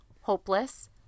hopeless